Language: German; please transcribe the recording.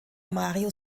mario